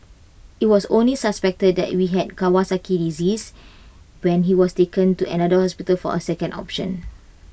IT was only suspected that he had Kawasaki disease when he was taken to another hospital for A second option